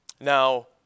Now